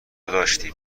داشتیم